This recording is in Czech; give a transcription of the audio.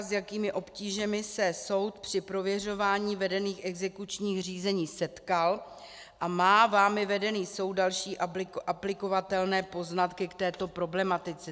S jakými obtížemi se soud při prověřování vedených exekučních řízení setkal a má vámi vedený soud další aplikovatelné poznatky k této problematice?